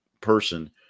person